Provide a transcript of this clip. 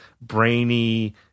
brainy